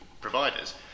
providers